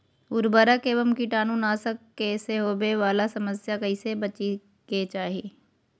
उर्वरक एवं कीटाणु नाशक से होवे वाला समस्या से कैसै बची के चाहि?